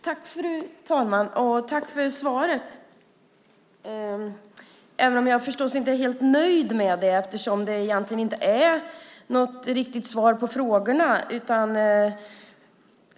Fru talman! Jag vill tacka för svaret, även om jag förstås inte är helt nöjd med det eftersom det egentligen inte är något riktigt svar på frågorna.